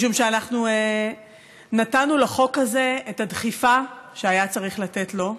משום שאנחנו נתנו לחוק הזה את הדחיפה שהיה צריך לתת לו.